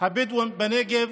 הבדואים בנגב